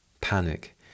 Panic